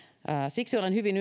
siksi olen hyvin